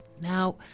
Now